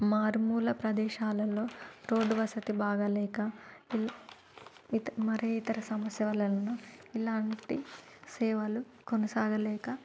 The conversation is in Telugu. మారుమూల ప్రదేశాలలో రోడ్డు వసతి బాగాలేక మరే ఇతర సమస్య వలన ఇలాంటి సేవలు కొనసాగలేక